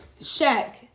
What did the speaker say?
Shaq